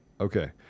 Okay